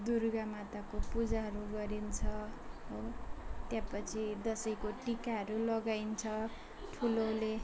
दुर्गा माताको पूजाहरू गरिन्छ हो त्यहाँपछि दसैँको टिकाहरू लगाइन्छ ठुलोले